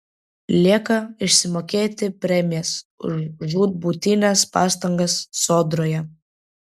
lieka išsimokėti premijas už žūtbūtines pastangas sodroje